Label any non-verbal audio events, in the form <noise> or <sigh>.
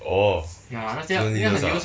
orh <noise>